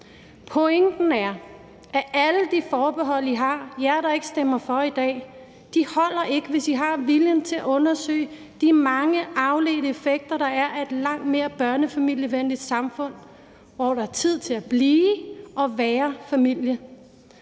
Pointen er, at alle de forbehold, I har – jer, der ikke stemmer for i dag – ikke holder, hvis I har viljen til at undersøge de mange afledte effekter, der er, af et langt mere børnefamilievenligt samfund, hvor der er tid til at blive og være familie,